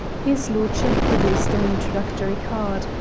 his lordship produced an introductory card,